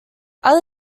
other